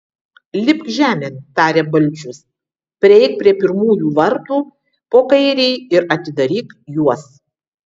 lipk žemėn tarė balčius prieik prie pirmųjų vartų po kairei ir atidaryk juos